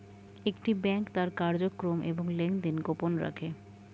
একটি ব্যাংক তার কার্যক্রম এবং লেনদেন গোপন রাখে